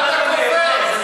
למה אתה קופץ?